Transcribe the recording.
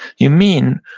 you mean,